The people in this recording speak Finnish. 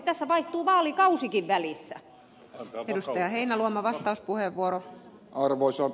tässä vaihtuu vaalikausikin välissä ja tuli heinäluoma vastauspuheenvuoro arvoisia